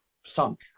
sunk